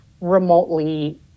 remotely